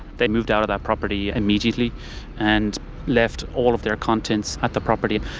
they moved out of that property immediately and left all of their contents at the property.